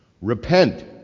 Repent